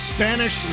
Spanish